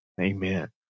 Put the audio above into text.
Amen